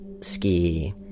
ski